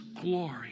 glory